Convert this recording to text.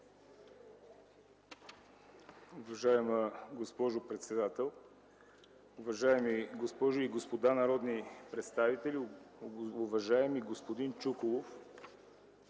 Уважаема госпожо председател, уважаеми дами и господа народни представители, уважаеми господин Радославов!